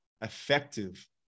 effective